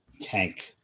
tank